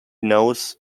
knows